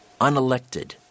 unelected